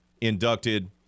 inducted